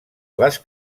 les